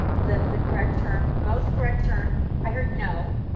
the the correct term, most correct term i heard no,